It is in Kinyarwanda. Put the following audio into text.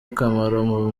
akamaro